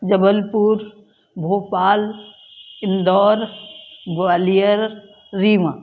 Jabalpur Bhopal Indore Gwalior Rewa